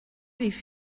these